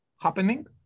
happening